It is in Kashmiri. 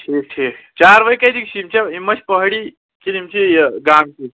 ٹھیٖک ٹھیٖک چاروٲے کَتِکۍ چھِ یِم چھا یِم ٲسۍ پہٲڑی کِنہٕ یِم چھِ یہِ گامٕکی